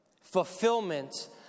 fulfillment